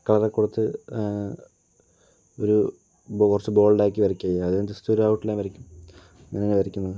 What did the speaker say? കളറൊക്കെ കൊടുത്ത് ഒരു ബോർഷ് ബോൾഡാക്കി വരയ്ക്കണം ആദ്യം ജസ്റ്റ് ഒരു ഔട്ട് ലൈൻ വരക്കും അങ്ങനെയാണു വരയ്ക്കുന്നത്